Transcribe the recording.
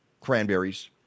cranberries